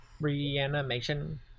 Reanimation